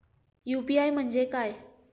UPI म्हणजे काय?